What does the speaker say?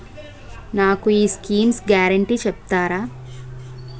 నాకు ఈ schemes guarantee చెప్తారా?